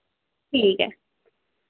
ठीक ऐ